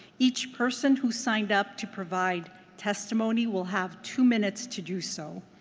each person who signed up to provide testimony will have two minutes to do so,